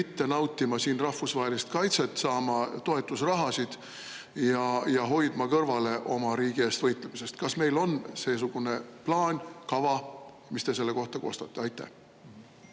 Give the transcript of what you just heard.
mitte nautima siin rahvusvahelist kaitset, saama toetusrahasid ja hoidma kõrvale oma riigi eest võitlemisest? Kas meil on seesugune plaan, kava? Mis te selle kohta kostate? Aitäh!